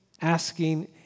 Asking